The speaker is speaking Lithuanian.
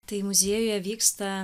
tai muziejuje vyksta